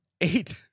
eight